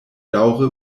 daŭre